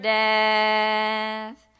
death